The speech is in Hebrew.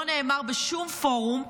לא נאמר בשום פורום,